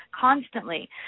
constantly